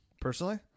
personally